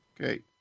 Okay